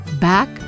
back